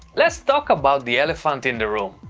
let's talk about the elephant in the room.